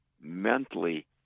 mentally